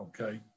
okay